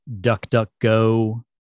duck-duck-go